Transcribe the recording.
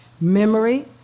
memory